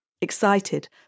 Excited